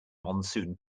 monsoon